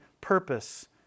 purpose